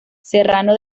serrano